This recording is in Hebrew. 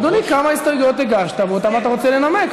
אדוני, כמה הסתייגויות הגשת ואותן אתה רוצה לנמק?